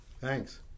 Thanks